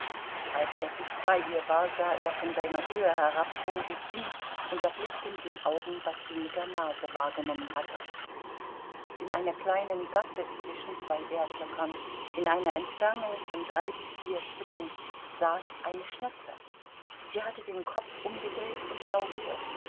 als er dicht bei ihr war sah er von seiner höhe herab vor sich hin und erblickte mit den augen was sie mit der nase wahrgenommen hatte in einer kleinen gasse zwischen zwei erdhöckern in einer entfernung von drei bis vier schritten saß eine schnepfe sie hatte den kopf umgedreht und lauschte